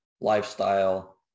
lifestyle